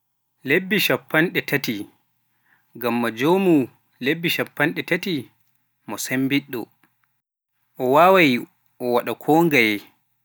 Lebbi cappanɗe tati, ngam ma jowmu lebbi cappanɗe tati mo cemmbiɗɗo, o waaway o waɗa ko ngaye.